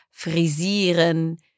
Frisieren